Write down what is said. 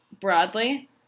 broadly